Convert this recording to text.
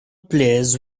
players